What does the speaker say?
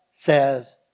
Says